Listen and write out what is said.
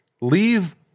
leave